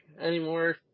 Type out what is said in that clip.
anymore